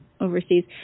overseas